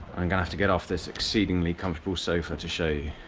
i'm gonna have to get off this exceedingly comfortable sofa to show you,